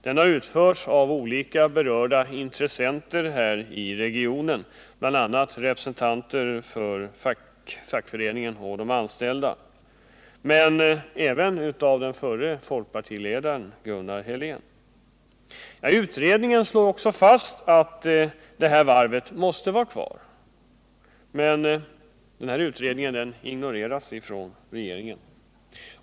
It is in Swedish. Den har utförts av olika berörda intressenter här i regionen, bl.a. representanter för fackföreningen och de anställda men även f.d. folkpartiledaren Gunnar Helén. Utredningen slår också fast att varvet måste vara kvar, men denna utredning ignoreras av regeringen.